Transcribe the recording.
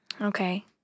Okay